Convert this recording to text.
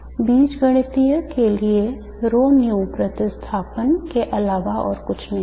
बीजगणित के लिए ρν प्रतिस्थापन के अलावा और कुछ नहीं है